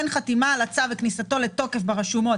בין חתימה על הצו וכניסתו לתוקף ברשומות